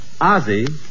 Ozzy